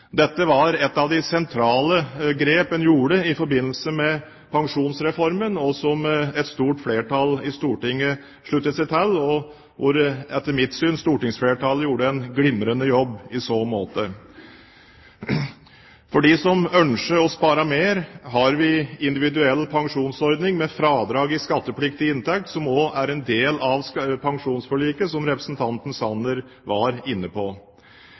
Dette var et av de sentrale grep en gjorde i forbindelse med pensjonsreformen, som et stort flertall i Stortinget sluttet seg til, og hvor, etter mitt skjønn, stortingsflertallet gjorde en glimrende jobb i så måte. For dem som ønsker å spare mer, har vi individuell pensjonsordning med fradrag i skattepliktig inntekt, som også er en del av pensjonsforliket, som representanten Sanner var inne på.